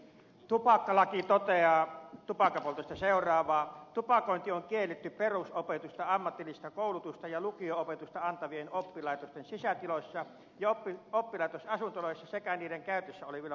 tupakkalaki toteaa tupakanpoltosta että tupakointi on kielletty perusopetusta ammatillista koulutusta ja lukio opetusta antavien oppilaitosten sisätiloissa ja oppilaitosasuntoloissa sekä niiden käytössä olevilla ulkoilualueilla